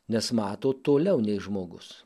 nes mato toliau nei žmogus